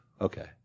Okay